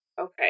Okay